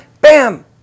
bam